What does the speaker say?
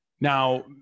Now